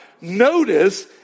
notice